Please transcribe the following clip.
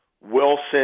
Wilson